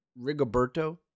Rigoberto